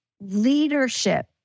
Leadership